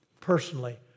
personally